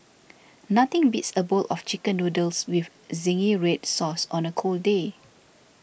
nothing beats a bowl of Chicken Noodles with Zingy Red Sauce on a cold day